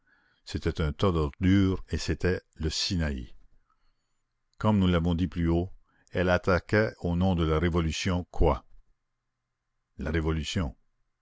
c'était un tas d'ordures et c'était le sinaï comme nous l'avons dit plus haut elle attaquait au nom de la révolution quoi la révolution